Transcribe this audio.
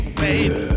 baby